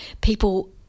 people